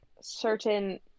certain